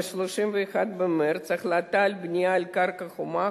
ב-31 במרס 2011. החלטה על בנייה על קרקע חומה,